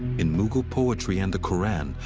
in mughal poetry and the quran,